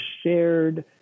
shared